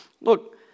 Look